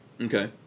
Okay